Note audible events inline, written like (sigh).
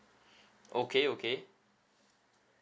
(breath) okay okay